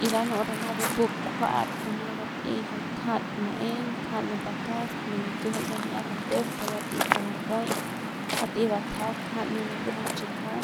Y lanu'u rama bupup kjuat rama bat'ey jay kjal pu ma'eng kjal ne pakas ne nikiujul ya mi'ia madeung pe bat'ey kon ngupuy bat'ey batsajau kjal ne nibiajang ne nibiajang cjiljiua